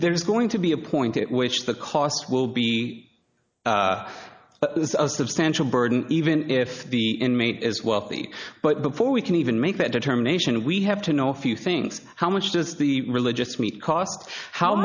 there's going to be a point at which the cost will be a substantial burden even if the inmate is wealthy but before we can even make that determination we have to know a few things how much does the religious meet cost how